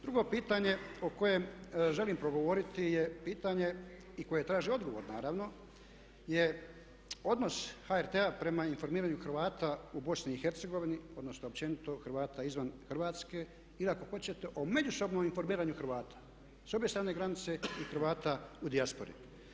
Drugo pitanje o kojem želim progovoriti i koje traži odgovor naravno je odnos HRT-a prema informiranju Hrvata u BiH odnosno općenito Hrvata izvan Hrvatske ili ako hoćete o međusobnom informiranju Hrvata s obje strane granice i Hrvata u dijaspori.